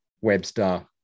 Webster